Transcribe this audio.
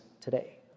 today